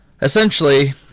Essentially